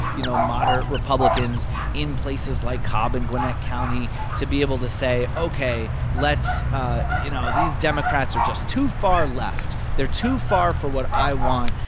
you know, moderate republicans in places like cobb and gwinnett county to be able to say, ok, let's ah you know, these democrats are just too far left. they're too far for what i want.